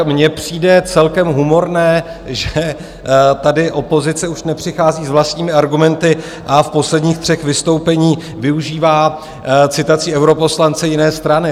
Mně přijde celkem humorné, že tady opozice už nepřichází s vlastními argumenty a v posledních třech vystoupeních využívá citaci europoslance jiné strany.